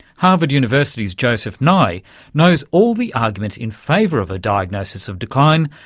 harvard university's joseph nye knows all the arguments in favour of a diagnosis of decline,